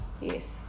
Yes